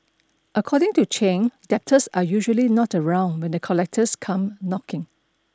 according to Chen debtors are usually not around when the collectors come knocking